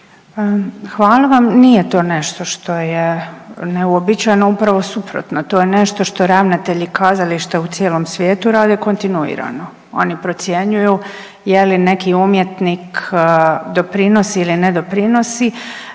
Hvala vam. Nije to nešto što je neuobičajeno, upravo suprotno, to je nešto što ravnatelji kazališta u cijelom svijetu rade kontinuirano, oni procjenjuju je li neki umjetnik doprinosi ili ne doprinosi.